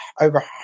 over